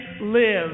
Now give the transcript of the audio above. live